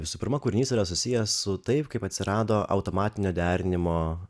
visų pirma kūrinys yra susijęs su taip kaip atsirado automatinio derinimo